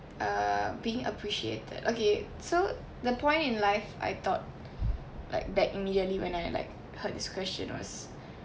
err being appreciated okay so the point in life I thought like back immediately when I like heard this question was